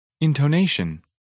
Intonation